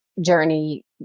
journey